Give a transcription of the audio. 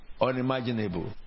unimaginable